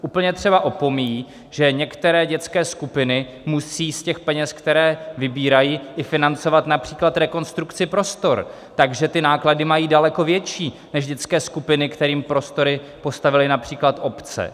Úplně třeba opomíjí, že některé dětské skupiny musí z těch peněz, které vybírají, i financovat například rekonstrukci prostor, takže ty náklady mají daleko větší než dětské skupiny, kterým prostory postavily například obce.